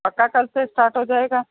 पक्का कल से स्टार्ट हो जाएगा